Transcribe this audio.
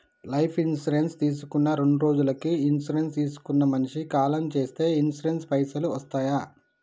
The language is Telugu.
లైఫ్ ఇన్సూరెన్స్ తీసుకున్న రెండ్రోజులకి ఇన్సూరెన్స్ తీసుకున్న మనిషి కాలం చేస్తే ఇన్సూరెన్స్ పైసల్ వస్తయా?